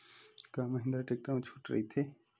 का महिंद्रा टेक्टर मा छुट राइथे?